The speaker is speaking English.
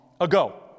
ago